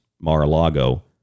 Mar-a-Lago